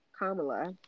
Kamala